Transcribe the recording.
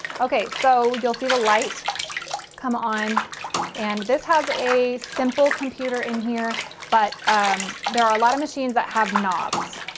ok so you'll see the light come on and this has a simple computer in here but um there are a lot of machines that have knobs.